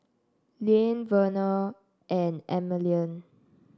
Liane Vernal and Emeline